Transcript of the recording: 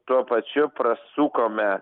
tuo pačiu prasukome